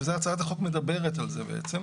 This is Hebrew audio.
שעל זה הצעת החוק מדברת בעצם,